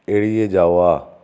এড়িয়ে যাওয়া